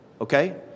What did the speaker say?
okay